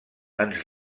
ens